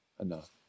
enough